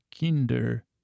kinder